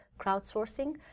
crowdsourcing